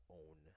own